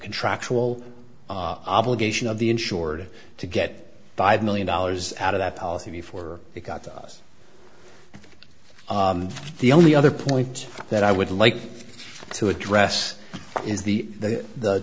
contractual obligation of the insured to get five million dollars out of that policy before it got to us the only other point that i would like to address is the the the